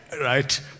right